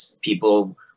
people